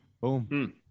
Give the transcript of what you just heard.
Boom